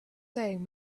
saying